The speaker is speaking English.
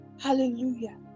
Hallelujah